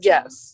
Yes